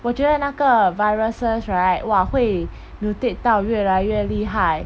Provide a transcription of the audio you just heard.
我觉得那个 viruses right !wah! 会 mutate 到越来越厉害